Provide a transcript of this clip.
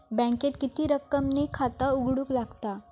बँकेत किती रक्कम ने खाता उघडूक लागता?